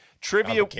Trivia